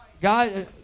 God